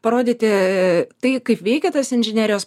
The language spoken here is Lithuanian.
parodyti tai kaip veikia tas inžinerijos